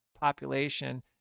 population